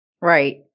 Right